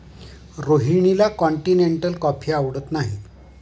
रोहिणीला continental coffee आवडत नाही